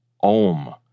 Om